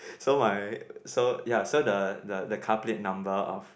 so my so ya so the the car plate number of